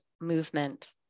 movement